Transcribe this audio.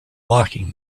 locking